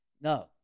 no